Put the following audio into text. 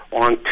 On